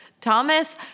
Thomas